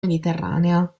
mediterranea